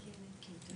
בשעה 12:20.